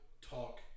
talk